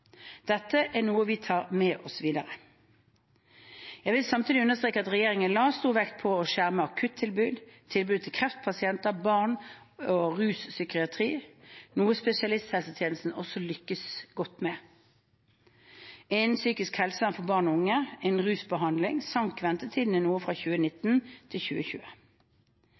Dette er noe vi tar med oss videre. Jeg vil samtidig understreke at regjeringen la stor vekt på å skjerme akuttilbudet, tilbudet til kreftpasienter, barn og rus/psykiatri, noe spesialisthelsetjenesten også lyktes godt med. Innen psykisk helsevern for barn og unge og innen rusbehandling sank ventetidene noe fra 2019 til 2020.